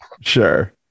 Sure